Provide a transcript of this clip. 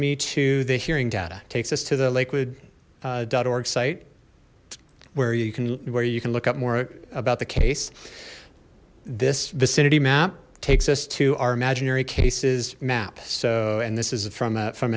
me to the hearing data takes us to the lakewood org site where you can where you can look up more about the case this vicinity map takes us to our imaginary cases map so and this is from a from